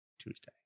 Tuesday